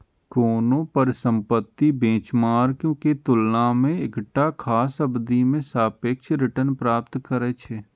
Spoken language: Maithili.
कोनो परिसंपत्ति बेंचमार्क के तुलना मे एकटा खास अवधि मे सापेक्ष रिटर्न प्राप्त करै छै